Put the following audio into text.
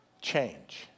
change